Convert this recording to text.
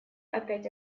опять